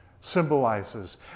symbolizes